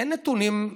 אין נתונים,